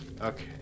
Okay